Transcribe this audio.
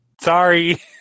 Sorry